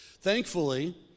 Thankfully